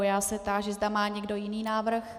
Já se táži, zda má někdo jiný návrh.